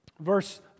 verse